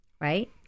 right